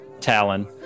Talon